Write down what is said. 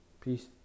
Peace